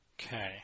Okay